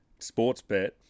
Sportsbet